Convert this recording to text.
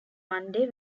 monday